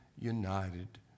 united